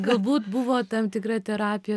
galbūt buvo tam tikra terapija